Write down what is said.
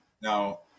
Now